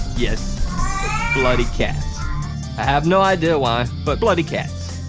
yes bloody cats. i have no idea why. but bloody cats.